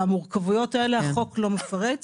המורכבויות האלה, החוק לא מפרט.